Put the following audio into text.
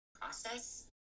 process